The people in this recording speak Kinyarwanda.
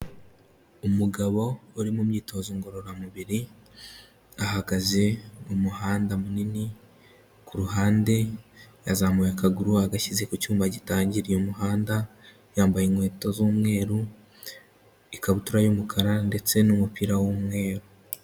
Umugabo uri mu myitozo ngororamubiri, ahagaze mu muhanda munini, ku ruhande yazamuye akaguru agashyize ku cyuma gitangiriye umuhanda, yambaye inkweto z'umweru ikabutura y'umukara ndetse n'umupira w'umweru.